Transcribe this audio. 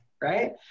right